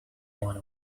one